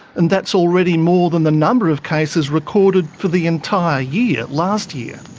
and that's already more than the number of cases recorded for the entire year, last year.